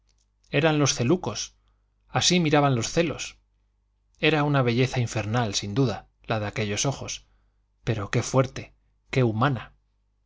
eran los celucos así miraban los celos era una belleza infernal sin duda la de aquellos ojos pero qué fuerte qué humana